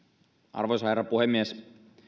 arvoisa herra puhemies